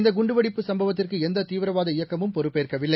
இந்த குண்டுவெடிப்பு சம்பவத்திற்கு எந்த தீவிரவாத இயக்கமும் பொறுப்பேற்கவில்லை